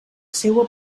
seua